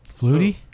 Flutie